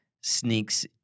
sneaks